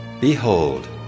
Behold